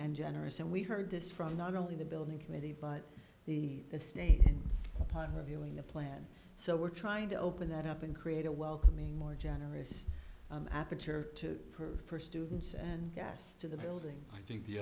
and generous and we heard this from not only the building committee but the state upon her viewing a plan so we're trying to open that up and create a welcoming more generous aperture to for her students and gas to the building i think the